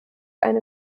eine